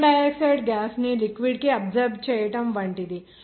carbon dioxide gas ను liquid కి absorb చేయటం వంటిది